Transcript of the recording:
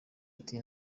ati